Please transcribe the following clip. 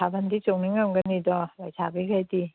ꯊꯥꯕꯜꯗꯤ ꯆꯣꯡꯅꯤꯡꯉꯝꯒꯅꯤꯗꯣ ꯂꯩꯁꯥꯕꯤꯈꯩꯗꯤ